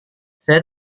saya